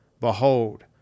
Behold